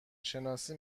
شناسی